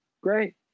great